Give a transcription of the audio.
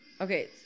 Okay